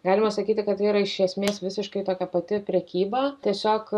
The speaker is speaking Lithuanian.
galima sakyti kad tai yra iš esmės visiškai tokia pati prekyba tiesiog